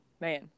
Man